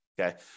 okay